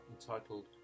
entitled